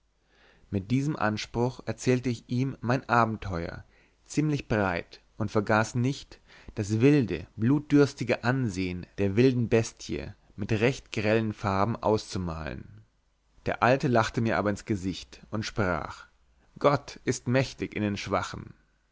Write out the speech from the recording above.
mit diesem anspruch erzählte ich ihm mein abenteuer ziemlich breit und vergaß nicht das wilde blutdürstige ansehn der wilden bestie mit recht grellen farben auszumalen der alte lachte mir aber ins gesicht und sprach gott ist mächtig in den schwachen